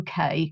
UK